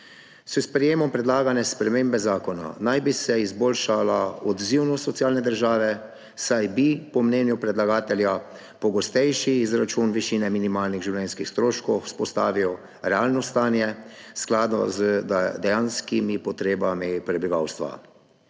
S sprejemom predlagane spremembe zakona naj bi se izboljšala odzivnost socialne države, saj bi po mnenju predlagatelja pogostejši izračun višine minimalnih življenjskih stroškov vzpostavil realno stanje, skladno z dejanskimi potrebami prebivalstva.